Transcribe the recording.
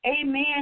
Amen